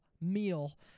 meal